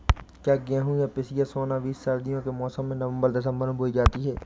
क्या गेहूँ या पिसिया सोना बीज सर्दियों के मौसम में नवम्बर दिसम्बर में बोई जाती है?